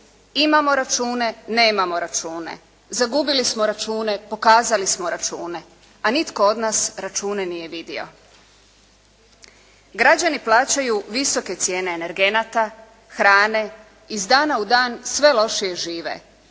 Imamo račune, nemamo račune, zagubili smo račune, pokazali smo račune, a nitko od nas račune nije vidio. Građani plaćaju visoke cijene energenata, hrane, iz dana u dan sve lošije žive.